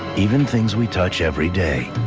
even things we touch every day.